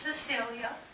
Cecilia